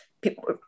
people